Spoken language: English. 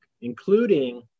including